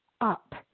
up